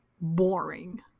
boring